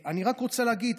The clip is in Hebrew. אני רק רוצה להגיד,